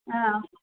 ஆ